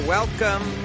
Welcome